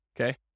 okay